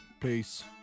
Peace